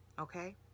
okay